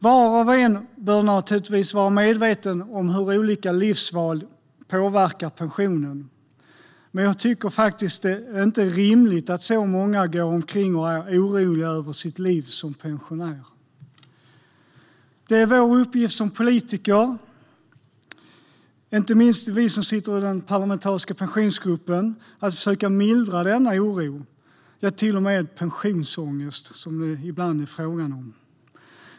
Var och en bör naturligtvis vara medveten om hur olika livsval påverkar pensionen, men jag tycker faktiskt inte det är rimligt att så många går och är oroliga över sitt liv som pensionär. Det är vår uppgift som politiker, inte minst vi som sitter i den parlamentariska pensionsgruppen, att försöka mildra denna oro - ja, ibland till och med pensionsångest.